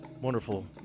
Wonderful